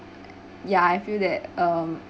ya I feel that um